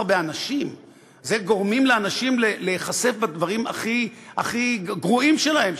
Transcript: זה גורם לאנשים להיחשף בדברים הכי גרועים שלהם,